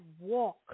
walk